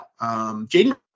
Jaden